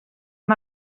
amb